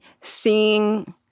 seeing